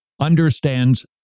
understands